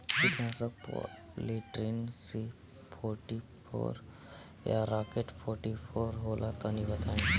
कीटनाशक Polytrin C forty four या Rocket forty four होला तनि बताई?